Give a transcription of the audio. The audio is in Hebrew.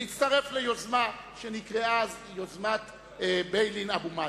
להצטרף ליוזמה שנקראה אז "יוזמת ביילין אבו-מאזן",